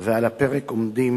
ועל הפרק עומדים